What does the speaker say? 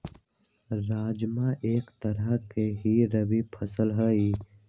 राजमा एक तरह के ही रबी फसल हई